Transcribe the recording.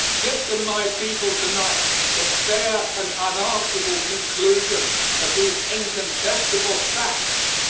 give to my people to-night the fair and unanswerable conclusion of these incontestable facts.